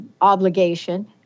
obligation